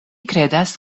kredas